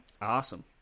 Awesome